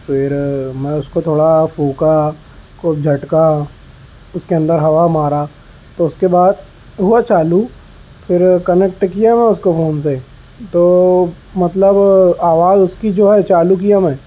پھر میں اس کو تھوڑا پھونکا خوب جھٹکا اس کے اندر ہوا مارا تو اس کے بعد ہوا چالو پھر کنیکٹ کیا میں اس کو فون سے تو مطلب آواز اس کی جو ہے چالو کیا میں